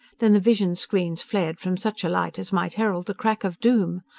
then the vision screens flared from such a light as might herald the crack of doom.